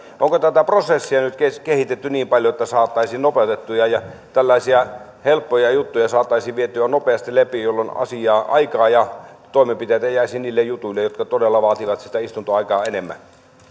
onko tätä prosessia nyt kehitetty niin paljon että saataisiin nopeutettua ja tällaisia helppoja juttuja saataisiin vietyä nopeasti läpi jolloin aikaa ja toimenpiteitä jäisi niille jutuille jotka todella vaativat sitä istuntoaikaa enemmän